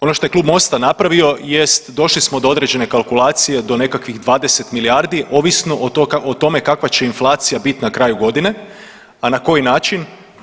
Ono što je Klub Mosta napravio jest, došli smo do određene kalkulacije, do nekakvih 20 milijardi, ovisno o tome kakva će inflacija bit na kraju godine, a na koji način?